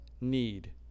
need